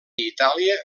itàlia